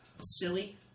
silly